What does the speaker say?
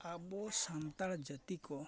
ᱟᱵᱚ ᱥᱟᱱᱛᱟᱲ ᱡᱟᱹᱛᱤ ᱠᱚ